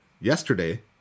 yesterday